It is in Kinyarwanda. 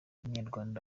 umunyarwanda